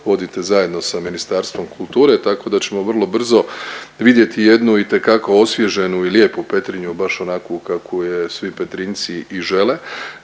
vodite zajedno sa Ministarstvom kulture, tako da ćemo vrlo brzo vidjeti jednu itekako osvježenu i lijepu Petrinju baš onakvu kakvu je svi Petrinjci i žele.